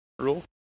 rule